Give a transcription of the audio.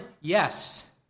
Yes